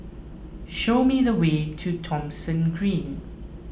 show me the way to Thomson Green